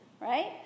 right